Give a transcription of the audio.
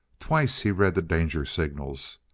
twice he read the danger signals.